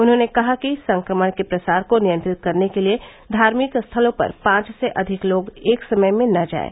उन्होंने कहा कि संक्रमण के प्रसार को नियंत्रित करने के लिये धार्मिक स्थलों पर पांच से अधिक लोग एक समय में न जाये